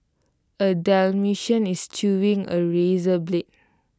A Dalmatian is chewing A razor blade